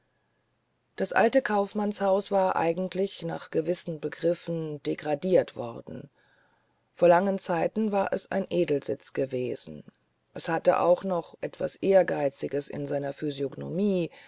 das alte kaufmannshaus war eigentlich nach gewissen begriffen degradiert worden vor langen zeiten war es ein edelsitz gewesen es hatte auch noch etwas ehrgeiziges in seiner physiognomie